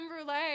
brulee